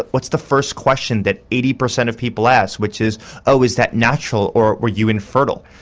what's the first question that eighty percent of people ask which is oh, is that natural or were you infertile?